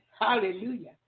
Hallelujah